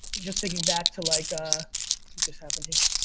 just thinking back to like, ah just happened here,